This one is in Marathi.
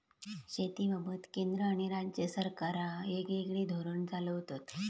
शेतीबाबत केंद्र आणि राज्य सरकारा येगयेगळे धोरण चालवतत